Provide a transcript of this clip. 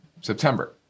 September